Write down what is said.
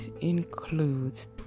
includes